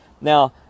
now